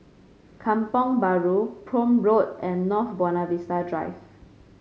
Kampong Bahru Prome Road and North Buona Vista Drive